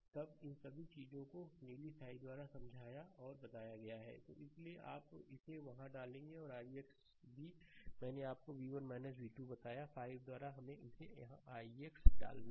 तो इन सभी चीजों को नीली स्याही द्वारा समझाया और बताया गया है तो इसलिए आप इसे वहां डालेंगे और ix भी मैंने आपको v1 v2 बताया 5 द्वारा हमें इसे यहाँ ix डालना है